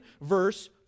verse